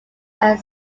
are